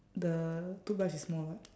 the toothbrush is small [what]